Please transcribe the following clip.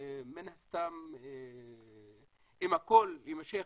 אם הכול יימשך,